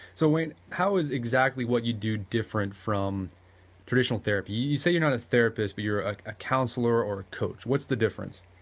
so wayne, how is exactly what you do different from traditional therapy, you you say you are not a therapist, but you are a counselor or a coach. what is the difference?